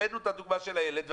הבאנו את הדוגמה של הילד,